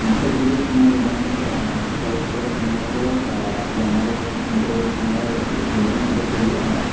মাসে কিছু কিছু সময়ে যে ধরনের চলচ্চিত্র বা সিনেমাগুলো যে আমাদের নিকটবর্তী সিনেমা হলে বেটানো থাকে সেইগুলো আমরা